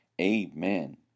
Amen